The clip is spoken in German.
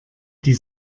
die